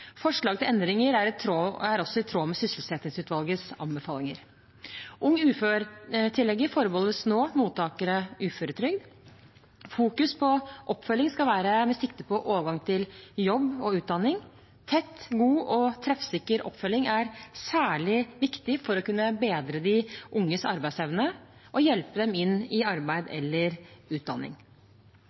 Forslag til endringer er også i tråd med sysselsettingsutvalgets anbefalinger. Ung ufør-tillegget forbeholdes nå mottakere av uføretrygd. Fokus på oppfølgingen skal være på overgang til jobb og utdanning. Tett, god og treffsikker oppfølging er særlig viktig for å kunne bedre de unges arbeidsevne og hjelpe dem inn i arbeid eller utdanning.